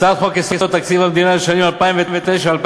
הצעת חוק-יסוד: תקציב המדינה לשנים 2009 עד